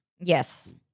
Yes